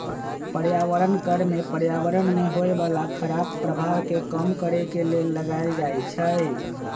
पर्यावरण कर में पर्यावरण में होय बला खराप प्रभाव के कम करए के लेल लगाएल जाइ छइ